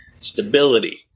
stability